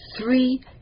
three